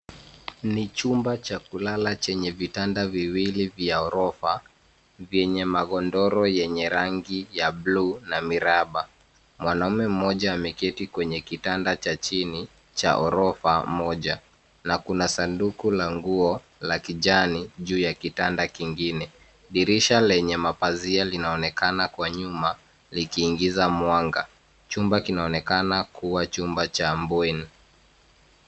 Ni chumba cha kulala chenye vitanda viwili vya orofa vyenye magodoro yenye rangi ya bluu na miraba. Mwanamme mmoja ameketi kwenye kitanda cha chini cha orofa moja, na kuna sanduku la nguo la kijani juu ya kitanda kingine. Dirisha lenye mapazia linaonekana kwa nyuma likiingiza mwanga. Chumba kinaonekana kuwa chumba cha bweni.